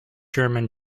german